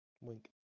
Wink